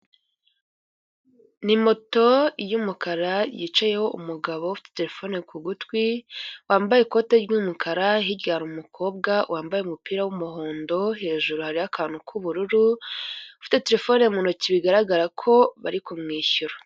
Ni moto y'umukara yicayeho umugabo ufite telefone ku gutwi, wambaye ikoti ry'umukara hirya hari umukobwa wambaye umupira w'umuhondo hejuru hariho akantu k'ubururu ufite terefone mu ntoki bigaragara ko bari kumwishyura.